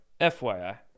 FYI